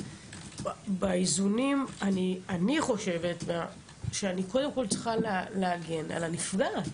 באיזונים אני חושבת שאני קודם כול צריכה להגן על הנפגעת.